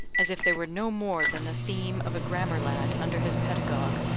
as if they were no more than the theme of a grammar-lad under his pedagogue,